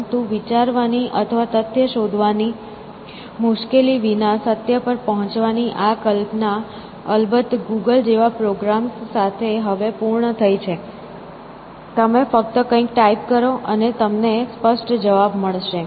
પરંતુ વિચારવાની અથવા તથ્ય શોધવાની મુશ્કેલી વિના સત્ય પર પહોંચવાની આ કલ્પના અલબત્ત ગૂગલ જેવા પ્રોગ્રામ્સ સાથે હવે પૂર્ણ થઈ છે તમે ફક્ત કંઇક ટાઇપ કરો અને તમને સ્પષ્ટ જવાબ મળશે